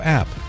app